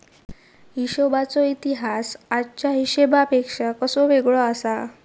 हिशोबाचो इतिहास आजच्या हिशेबापेक्षा कसो वेगळो आसा?